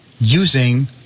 using